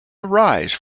arise